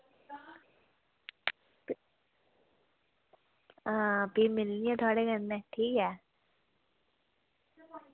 आं ते मिलगे थुआढ़े कन्नै